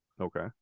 Okay